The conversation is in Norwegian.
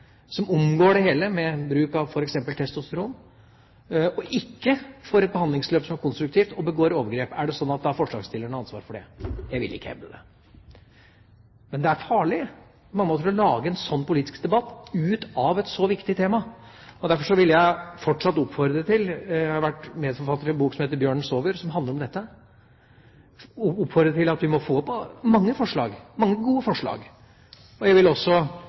omgår så det hele med bruk av f.eks. testosteron og får ikke et behandlingsløp som er konstruktivt, og deretter begår overgrep – er det sånn at da har forslagsstillerne ansvaret for det? Jeg vil ikke hevde det. Men det er farlig å lage en sånn politisk debatt ut av et så viktig tema. Derfor vil jeg fortsatt oppfordre til at vi må få forslag, mange gode forslag. Jeg har vært medforfatter av en bok som heter Bjørnen sover, som handler om dette.